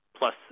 plus